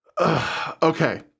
Okay